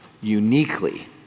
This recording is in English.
uniquely